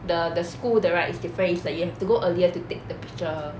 the the school 的 right is different it's like you have to go earlier to take the picture